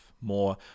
more